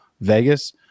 Vegas